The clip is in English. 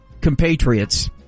compatriots